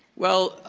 well,